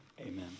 Amen